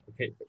okay